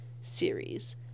series